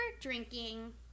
drinking